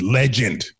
legend